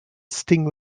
sting